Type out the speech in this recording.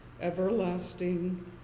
Everlasting